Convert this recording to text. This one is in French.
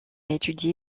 étudié